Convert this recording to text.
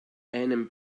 einem